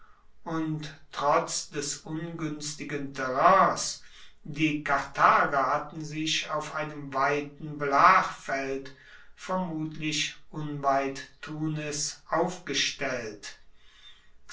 und trotz des unguenstigen terrains die karthager hatten sich auf einem weiten blachfeld vermutlich unweit tunes aufgestellt